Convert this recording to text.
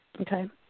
Okay